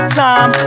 time